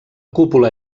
cúpula